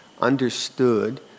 understood